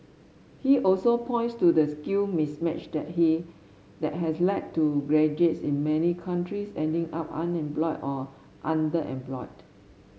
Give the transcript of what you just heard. he also points to the skill mismatch that he has led to graduates in many countries ending up unemployed or underemployed